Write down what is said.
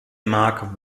mark